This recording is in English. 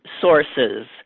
sources